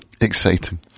Exciting